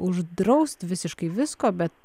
uždraust visiškai visko bet